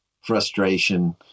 frustration